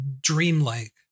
dreamlike